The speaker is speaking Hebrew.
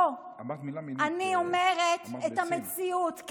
אני אומרת את המציאות.